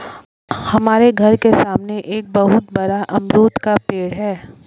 हमारे घर के सामने एक बहुत बड़ा अमरूद का पेड़ है